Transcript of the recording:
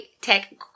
tech